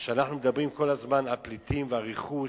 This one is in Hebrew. כשאנחנו מדברים כל הזמן על פליטים ועל רכוש